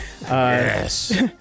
yes